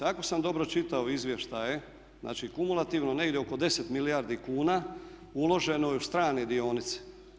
Ako sam dobro čitao izvještaje, znači kumulativno negdje oko 10 milijardi kuna uloženo je u strane dionice.